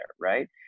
right